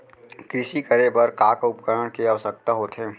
कृषि करे बर का का उपकरण के आवश्यकता होथे?